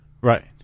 Right